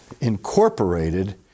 incorporated